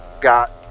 got